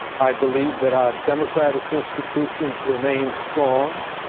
i believe that our democratic institutions remain strong,